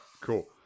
cool